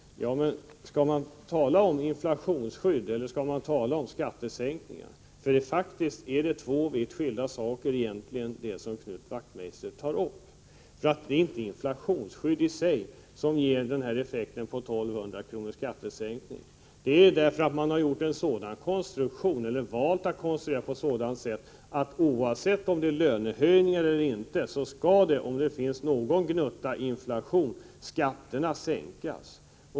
Skall vi tala om inflationsskydd eller om skattesänkningar? Det är faktist två vitt skilda saker som Knut Wachtmeister tar upp. Det är inte inflationsskydd i sig som har effekten att det blir en skattesänkning på 1 200 kr. Systemet har konstruerats på ett sådant sätt att skatterna skall sänkas om det bara är en gnutta inflation oavsett om det görs lönehöjningar eller inte.